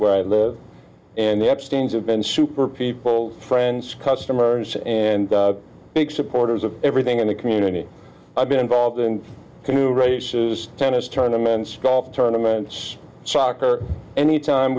where i live and the abstains have been super people friends customers and big supporters of everything in the community i've been involved in new races tennis tournaments golf tournaments soccer anytime